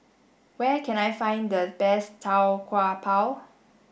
where can I find the best Tau Kwa Pau